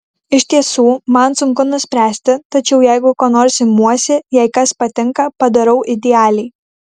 iš tiesų man sunku nuspręsti tačiau jeigu ko nors imuosi jei kas patinka padarau idealiai